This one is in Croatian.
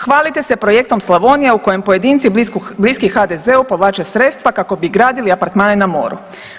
Hvalite se projektom Slavonija u kojem pojedinci bliski HDZ-u povlače sredstva kako bi gradili apartmane na moru.